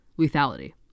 Lethality